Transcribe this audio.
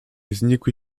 znikły